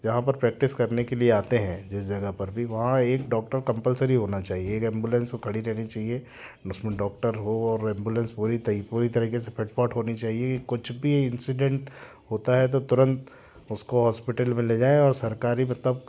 जहाँ पर प्रेक्टिस करने के लिए आते हैं जिस जगह पर भी वहाँ एक डॉक्टर कंपलसरी होना चाहिए एक एंबुलेंस खड़ी रहनी चाहिए उसमें डॉक्टर हो और एंबुलेंस पूरी पूरी तरीके से ब्रेकफास्ट होनी चाहिए कुछ भी इंसिडेंट होता है तो तुरंत उसको हॉस्पिटल में ले जाए और सरकारी मतलब